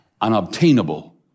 unobtainable